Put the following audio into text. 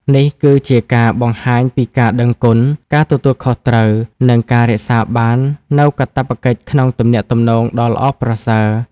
នេះគឺជាការបង្ហាញពីការដឹងគុណ ការទទួលខុសត្រូវ និងការរក្សាបាននូវកាតព្វកិច្ចក្នុងទំនាក់ទំនងដ៏ល្អប្រសើរ។